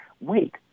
wait